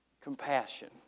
compassion